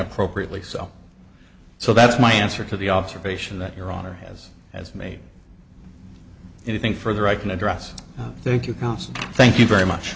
appropriately so so that's my answer to the observation that your honor has as made anything further i can address thank you counsel thank you very much